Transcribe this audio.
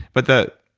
but the